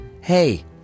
Hey